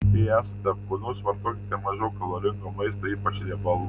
jei esate apkūnus vartokite mažiau kaloringo maisto ypač riebalų